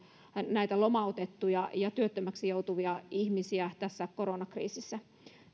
näitä lomautettuja ja työttömiksi joutuvia ihmisiä tässä koronakriisissä